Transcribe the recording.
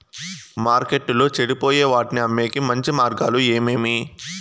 మార్కెట్టులో చెడిపోయే వాటిని అమ్మేకి మంచి మార్గాలు ఏమేమి